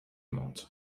monde